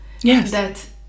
Yes